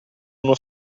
uno